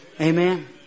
Amen